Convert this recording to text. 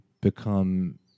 become